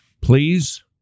Please